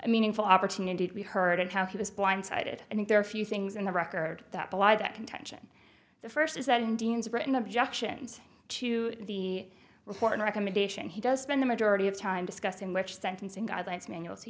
meaningful opportunity to be heard and how he was blindsided and if there are a few things in the record that belie that contention the first is that indians britain objections to the report recommendation he does spend the majority of time discussing which sentencing guidelines manual to